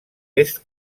est